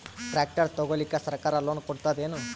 Tractor ತಗೊಳಿಕ ಸರ್ಕಾರ loan ಕೊಡತದೇನು?